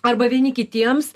arba vieni kitiems